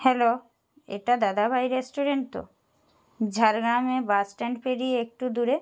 hello এটা দাদাভাই restaurant তো ঝাড়গ্রামে বাস স্ট্যান্ড পেরিয়ে একটু দূরে